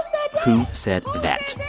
who said that?